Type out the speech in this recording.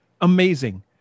Amazing